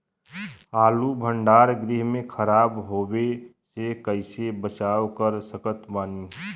आलू भंडार गृह में खराब होवे से कइसे बचाव कर सकत बानी?